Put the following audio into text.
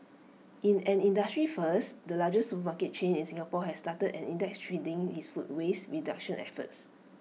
in an industry first the largest supermarket chain in Singapore has started an index tracking its food waste reduction efforts